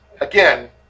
Again